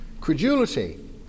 credulity